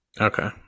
Okay